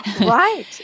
Right